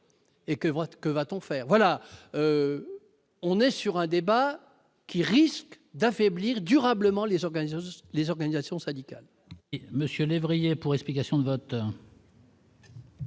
que va-t-on faire voilà, on est sur un débat qui risque d'affaiblir durablement les organismes, les